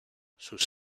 sus